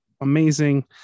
amazing